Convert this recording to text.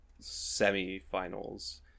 semifinals